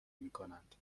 میکنند